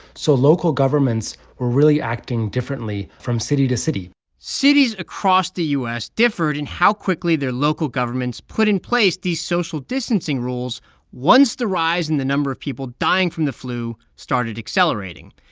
so local governments were really acting differently from city to city cities across the u s. differed in how quickly their local governments put in place these social distancing rules once the rise in the number of people dying from the flu started accelerating.